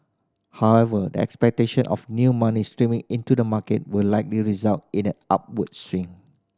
however the expectation of new money streaming into the market will likely result in an upward swing